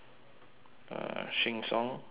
uh sheng siong paid